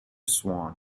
swan